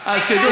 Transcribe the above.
תיזהר,